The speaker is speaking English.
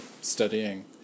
studying